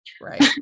Right